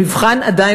המבחן עדיין